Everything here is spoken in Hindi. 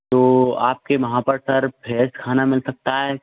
तो आपके वहाँ सर फ्रेस खाना मिल सकता है